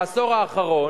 בעשור האחרון,